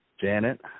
Janet